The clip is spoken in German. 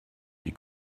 die